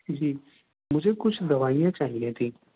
جی مجھے کچھ دوائیاں چاہیے تھیں